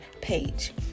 page